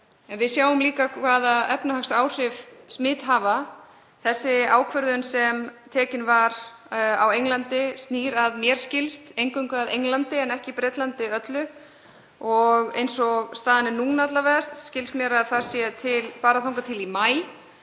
við sjáum líka hvaða efnahagsáhrif smit hafa. Sú ákvörðun sem tekin var á Englandi snýr, að mér skilst, eingöngu að Englandi en ekki Bretlandi öllu og eins og staðan er núna skilst mér að það sé bara þangað til í maí.